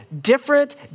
different